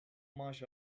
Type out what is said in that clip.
maaş